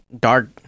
dark